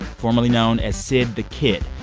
formerly known as syd the kyd.